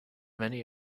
many